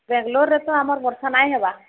ବେଙ୍ଗଲୋରରେ ତ ଆମର୍ ବର୍ଷା ନାଇଁହେବା